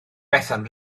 bethan